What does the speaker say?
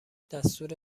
دستور